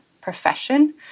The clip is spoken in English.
profession